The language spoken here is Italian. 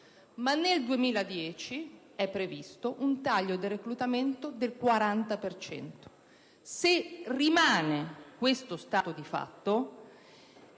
ma nel 2010 è previsto un taglio del reclutamento del 40 per cento. Se rimane questo stato di cose,